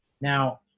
Now